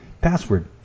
password